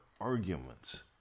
arguments